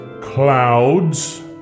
clouds